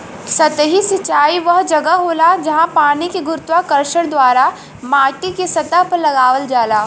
सतही सिंचाई वह जगह होला, जहाँ पानी के गुरुत्वाकर्षण द्वारा माटीके सतह पर लगावल जाला